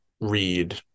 read